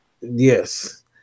Yes